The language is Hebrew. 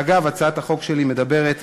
ואגב, הצעת החוק שלי מדברת